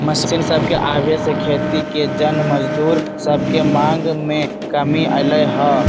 machine सभके आबे से खेती के जन मजदूर सभके मांग में कमी अलै ह